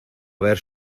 haber